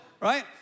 right